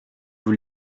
vous